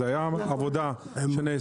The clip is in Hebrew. נעשתה עבודה.